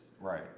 Right